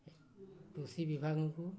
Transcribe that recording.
କୃଷି ବିଭାଗକୁ